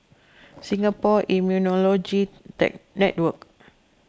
Singapore Immunology Network